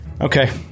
Okay